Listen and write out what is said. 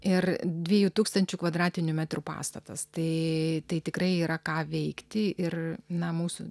ir dviejų tūkstančių kvadratinių metrų pastatas tai tai tikrai yra ką veikti ir na mūsų